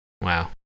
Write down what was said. Wow